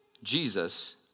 Jesus